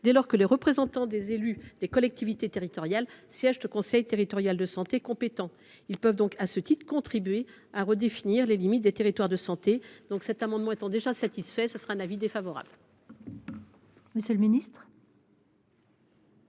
dès lors que les représentants des élus des collectivités territoriales siègent au conseil territorial de santé compétent. Ils peuvent donc, à ce titre, contribuer à redéfinir les limites des territoires de santé. L’avis est défavorable.